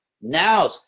Now